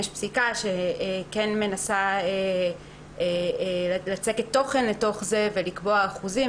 יש פסיקה שכן מנסה לצקת תוכן לתוך זה ולקבוע אחוזים,